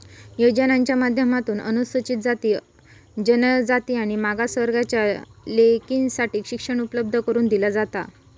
योजनांच्या माध्यमातून अनुसूचित जाती, जनजाति आणि मागास वर्गाच्या लेकींसाठी शिक्षण उपलब्ध करून दिला जाता